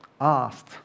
asked